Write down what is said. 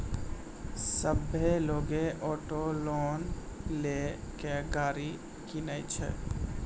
सभ्भे लोगै auto loan लेय के गाड़ी किनै छै